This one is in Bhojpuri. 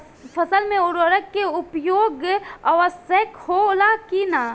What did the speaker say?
फसल में उर्वरक के उपयोग आवश्यक होला कि न?